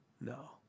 No